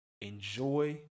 Enjoy